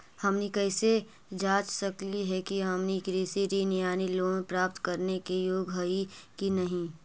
हमनी कैसे जांच सकली हे कि हमनी कृषि ऋण यानी लोन प्राप्त करने के योग्य हई कि नहीं?